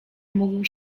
mógł